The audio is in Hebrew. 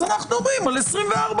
אז אנחנו מדברים על 24(ב),